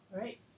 right